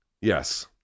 Yes